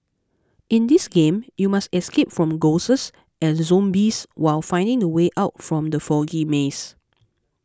in this game you must escape from ghosts and zombies while finding the way out from the foggy maze